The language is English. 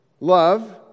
Love